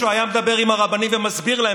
אם מישהו היה מדבר עם הרבנים ומסביר להם